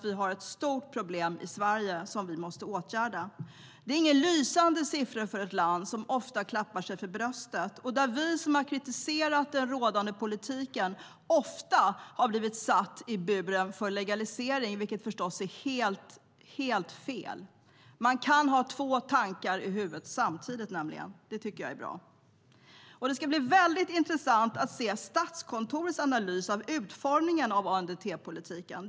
Vi har ett stort problem i Sverige som vi måste åtgärda. Det är inga lysande siffror för ett land som ofta klappar sig för bröstet. Och vi som har kritiserat den rådande politiken har ofta blivit satta i buren för legalisering, vilket förstås är helt fel. Man kan nämligen ha två tankar i huvudet samtidigt. Det tycker jag är bra. Det ska bli intressant att se Statskontorets analys av utformningen av ANDT-politiken.